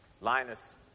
Linus